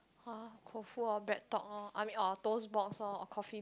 [huh] koufu or bread talk loh I mean orh toast box orh or coffee